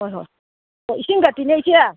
ꯍꯣꯏ ꯍꯣꯏ ꯏꯁꯤꯡꯒꯗꯤꯅꯦ ꯏꯆꯦ